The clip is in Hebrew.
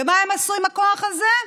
ומה הם עשו עם הכוח הזה?